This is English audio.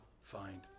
find